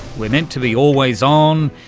we're meant to be always on,